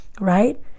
right